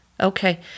Okay